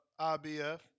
IBF